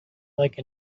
like